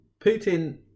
Putin